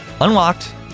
unlocked